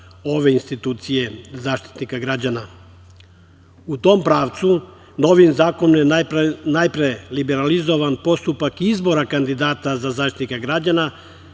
ove institucije Zaštitnika građana.U tom pravcu novim zakonom je najpre liberalizovan postupak izbora kandidata za Zaštitnika građana